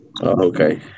Okay